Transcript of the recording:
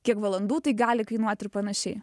kiek valandų tai gali kainuot ir panašiai